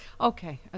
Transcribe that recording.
Okay